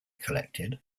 collected